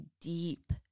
deep